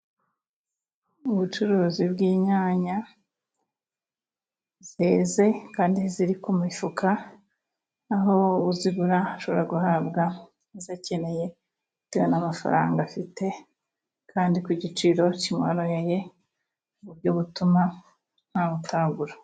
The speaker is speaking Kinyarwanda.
Ubucuruzi bw'inyanya ,zeze kandi ziri ku mifuka aho uzigura ashobora guhabwa izo akeneye ,bitewe n'amafaranga afite kandi ku giciro kimworoheye mu buryo butuma ntawutagura.